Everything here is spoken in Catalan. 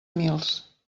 mils